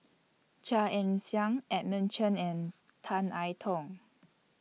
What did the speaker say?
Chia Ann Siang Edmund Chen and Tan I Tong